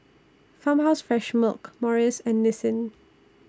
Farmhouse Fresh Milk Morries and Nissin